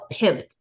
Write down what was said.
pimped